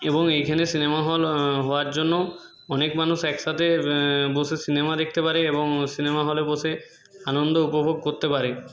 এবং এইখানে cinema hall হওয়ার জন্য অনেক মানুষ একসাথে বসে সিনেমা দেখতে পারে এবং সিনেমা হলে বসে আনন্দ উপভোগ করতে পারে